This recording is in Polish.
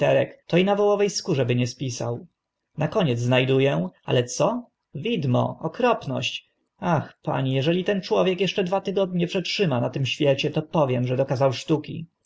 to i na wołowe skórze by nie spisał na koniec zna du ę ale co widmo okropność ach bieda asceta pani eżeli ten człowiek eszcze dwa tygodnie przetrzyma na tym świecie to powiem że dokazał sztuki